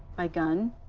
by gun,